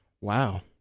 Wow